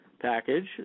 package